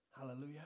Hallelujah